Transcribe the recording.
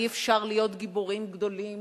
אי-אפשר להיות גיבורים גדולים